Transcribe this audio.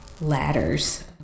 ladders